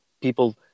People